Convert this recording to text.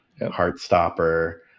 Heartstopper